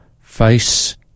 face